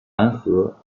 弹劾